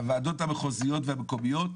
בוועדות המחוזיות והמקומיות,